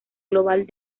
global